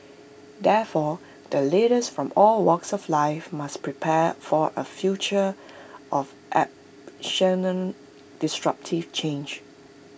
therefore the leaders from all walks of life must prepare for A future of disruptive change